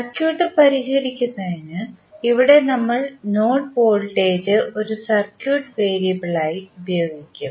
circuit പരിഹരിക്കുന്നതിന് ഇവിടെ നമ്മൾ നോഡ് വോൾട്ടേജ് ഒരു സർക്യൂട്ട് വേരിയബിളായി ഉപയോഗിക്കും